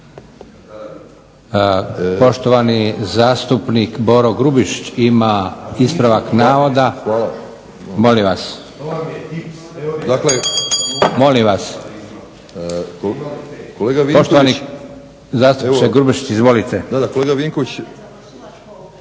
Poštovani zastupnik Boro Grubišić ima ispravak navoda. … /Upadica se ne razumije./… Molim vas. Poštovani zastupniče Grubišić, izvolite.